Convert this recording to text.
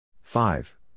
Five